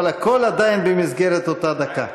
אבל הכול עדיין במסגרת אותה דקה.